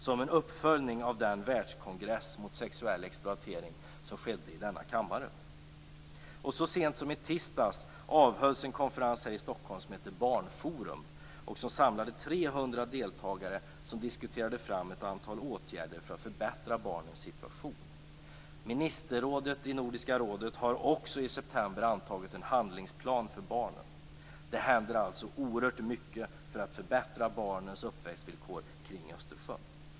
Det var en uppföljning av den världskongress mot sexuell exploatering som ägde rum i denna kammare. Så sent som i tisdags avhölls en konferens här i Stockholm som hette Barnforum. Den samlade 300 deltagare, som diskuterade fram ett antal åtgärder för att förbättra barnens situation. Nordiska rådets ministerråd har också i september antagit en handlingsplan för barnen. Det händer alltså oerhört mycket för att förbättra barnens uppväxtvillkor kring Östersjön.